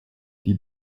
die